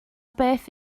beth